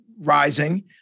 rising